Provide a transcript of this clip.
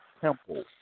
temple